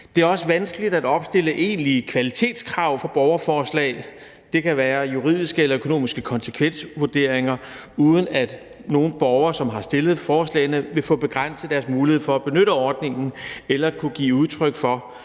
Det er også vanskeligt at opstille egentlige kvalitetskrav for borgerforslag – det kan være juridiske eller økonomiske konsekvensvurderinger – uden at nogen borgere, som har stillet forslagene, vil få begrænset deres mulighed for at benytte ordningen eller for at kunne give udtryk for